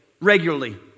regularly